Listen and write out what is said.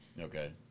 Okay